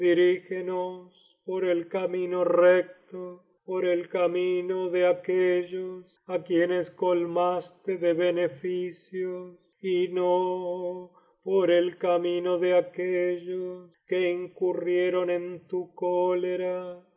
por el camino recto por el camino de aquellos á quienes colmaste de beneficios y no por el camino de